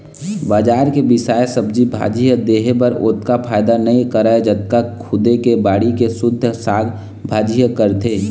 बजार के बिसाए सब्जी भाजी ह देहे बर ओतका फायदा नइ करय जतका खुदे के बाड़ी के सुद्ध साग भाजी ह करथे